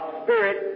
spirit